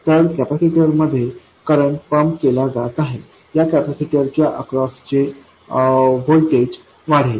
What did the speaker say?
तर या कॅपेसिटरमध्ये करंट पंप केला जात आहे या कॅपेसिटर च्या अक्रॉस चे व्होल्टेज वाढेल